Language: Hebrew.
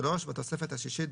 (3)בתוספת השישית,